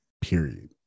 Period